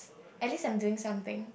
at least I'm doing something